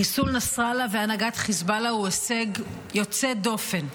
חיסול נסראללה והנהגת חיזבאללה הוא הישג יוצא דופן,